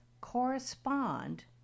correspond